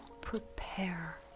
prepare